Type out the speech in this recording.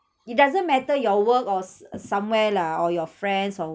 it doesn't matter your work or s~ somewhere lah or your friends or